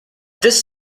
this